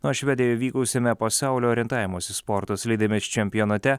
nors švedijoje vykusiame pasaulio orientavimosi sporto slidėmis čempionate